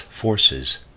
forces